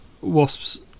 Wasps